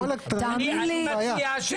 תאמין לי --- אין בעיה,